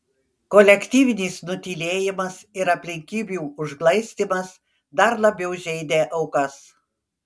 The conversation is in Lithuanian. kolektyvinis nutylėjimas ir aplinkybių užglaistymas dar labiau žeidė aukas